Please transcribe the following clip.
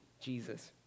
Jesus